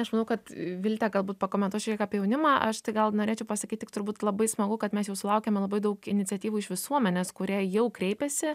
aš manau kad viltė galbūt pakomentuos šiek tiek apie jaunimą aš tai gal norėčiau pasakyt tik turbūt labai smagu kad mes jau sulaukėme labai daug iniciatyvų iš visuomenės kurie jau kreipiasi